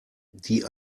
die